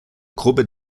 gruppe